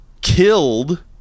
killed